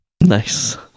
Nice